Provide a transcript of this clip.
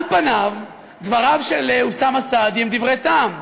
על פניו, דבריו של אוסאמה סעדי הם דברי טעם.